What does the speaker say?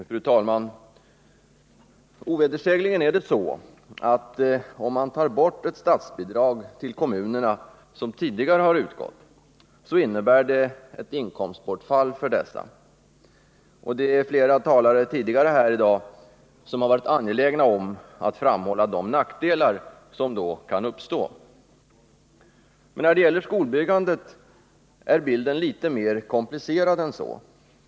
Fru talman! Ovedersägligen är det så att om man tar bort ett statsbidrag som tidigare har utgått till kommunerna innebär det ett inkomstbortfall för dessa. Flera talare har tidigare i dag varit angelägna om att framhålla de nackdelar som kan uppstå om inkomsterna minskar. Men när det gäller skolbyggandet är bilden litet mer komplicerad.